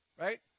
Right